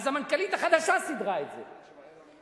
המנכ"לית החדשה סידרה את זה,